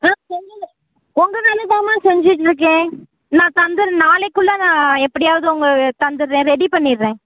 ஆ சொல்லுங்கள் உங்கள் வேலை தாம்மா செஞ்சுட்ருக்கேன் நான் தந்துடுறேன் நாளைக்குள்ளே நான் எப்படியாவது உங்களுக்கு தந்துடுறேன் ரெடி பண்ணிடுறேன்